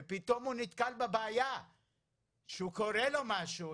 ופתאום הוא נתקל בבעיה שקורה לו משהו,